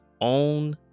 own